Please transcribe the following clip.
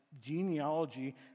genealogy